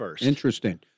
Interesting